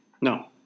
No